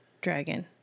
dragon